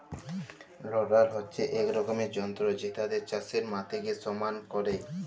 roller হচ্যে এক রকমের যন্ত্র জেতাতে চাষের মাটিকে সমাল ক্যরে